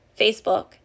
Facebook